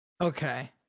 okay